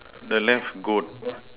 the left goat